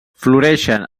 floreixen